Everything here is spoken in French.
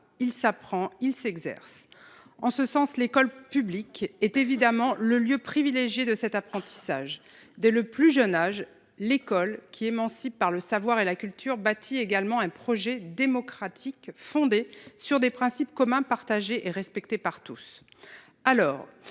Il s'apprend il s'exerce en ce sens l'école publique est évidemment le lieu privilégié de cet apprentissage dès le plus jeune âge, l'école qui émancipe par le savoir et la culture bâti également un projet démocratique fondé sur des principes communs partagés et respectée par tous. Alors